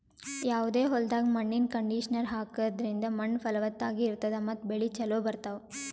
ಯಾವದೇ ಹೊಲ್ದಾಗ್ ಮಣ್ಣಿನ್ ಕಂಡೀಷನರ್ ಹಾಕದ್ರಿಂದ್ ಮಣ್ಣ್ ಫಲವತ್ತಾಗಿ ಇರ್ತದ ಮತ್ತ್ ಬೆಳಿ ಚೋಲೊ ಬರ್ತಾವ್